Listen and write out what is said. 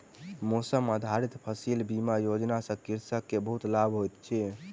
मौसम आधारित फसिल बीमा योजना सॅ कृषक के बहुत लाभ होइत अछि